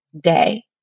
day